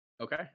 Okay